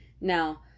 Now